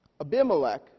Abimelech